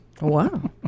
Wow